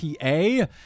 PA